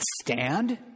stand